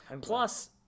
Plus